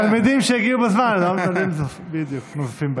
התלמידים שהגיעו בזמן, נוזפים בהם.